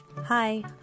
Hi